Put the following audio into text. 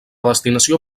destinació